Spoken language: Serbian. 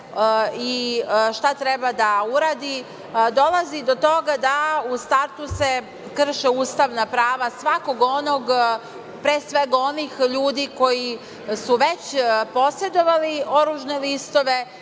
i šta treba da uradi, dolazi do toga da se u startu krše ustavna prava svakog onog, pre svega, onih ljudi koji su već posedovali oružne listove